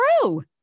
true